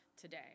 today